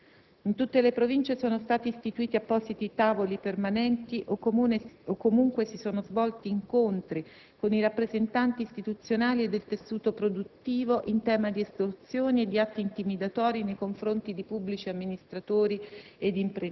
Per dare il senso dell'ampiezza degli interventi da realizzare, ricordo che nell'ambito del «programma Calabria» sono stati presentati progetti per la realizzazione di sistemi per la videosorveglianza di centri urbani, arterie di collegamento di interesse strategico e insediamenti produttivi;